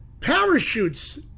parachutes